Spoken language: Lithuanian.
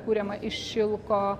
kuriama iš šilko